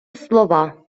слова